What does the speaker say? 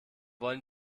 wollen